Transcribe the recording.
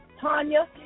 Tanya